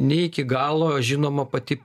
ne iki galo žinoma pati